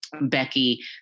Becky